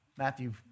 Matthew